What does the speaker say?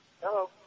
Hello